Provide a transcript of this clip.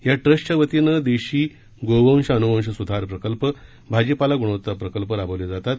या ट्रस्टच्यावतीनं देशी गोवंश अनुवंश सुधार प्रकल्प भाजीपाला गुणवत्ता प्रकल्प राबवले जातात